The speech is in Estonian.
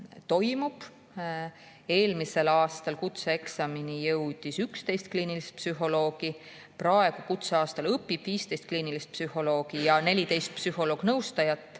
toimub. Eelmisel aastal jõudis kutseeksamini 11 kliinilist psühholoogi, praegu kutseaastal õpib 15 kliinilist psühholoogi ja 14 psühholoog‑nõustajat